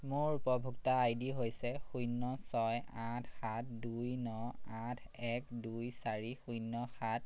মোৰ উপভোক্তা I D হৈছে শূন্য ছয় আঠ সাত দুই ন আঠ এক দুই চাৰি শূন্য সাত